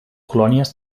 colònies